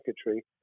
secretary